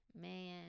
Man